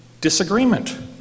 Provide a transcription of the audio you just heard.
disagreement